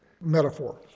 metaphor